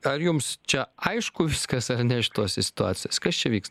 ar jums čia aišku viskas ar ne šitose situacijose kas čia vyksta